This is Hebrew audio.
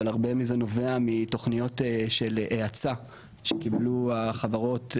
אבל הרבה מזה נובע מתוכניות של האצה שקיבלו החברות.